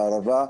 בערבה,